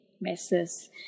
messes